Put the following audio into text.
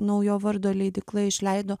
naujo vardo leidykla išleido